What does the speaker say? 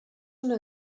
una